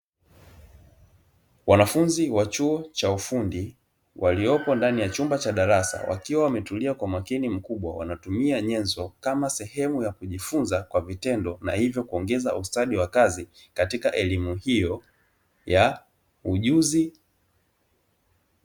Wanafunzi wa chuo cha ufundi, waliopo ndani ya chumba cha darasa, wakiwa wametulia kwa umakini mkubwa, wanatumia nyenzo kama sehemu ya kujifunza kwa vitendo na hivyo kuongeza ustadi wa kazi katika elimu hiyo ya ujuzi.